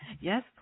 Yes